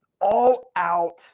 all-out